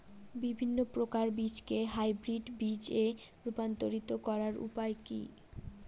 বিভিন্ন প্রকার বীজকে হাইব্রিড বীজ এ রূপান্তরিত করার উপায় কি?